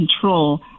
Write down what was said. control